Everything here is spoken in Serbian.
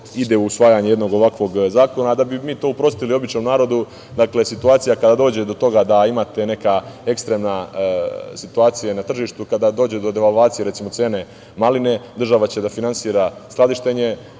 ide u usvajanje jednog ovakvog zakona. Da bi mi to uprostili običnom narodu, situacija kada dođe do toga da imate neke ekstremne situacije na tržištu, kada dođete do devalvacije recimo cene maline, država će da finansira skladištenje